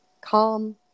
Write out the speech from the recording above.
calm